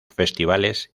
festivales